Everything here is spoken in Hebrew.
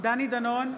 דני דנון,